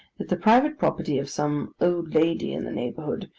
the private property of some old lady in the neighbourhood,